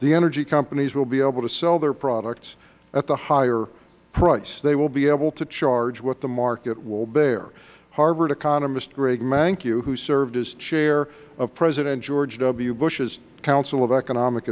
the energy companies will be able to sell their products at the higher price they will be able to charge what the market will bear harvard economist greg mankiw who served as chair of president george w bush's council of economic